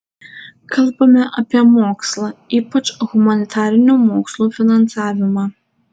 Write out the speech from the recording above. kalbame apie mokslą ypač humanitarinių mokslų finansavimą